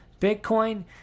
Bitcoin